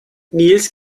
nils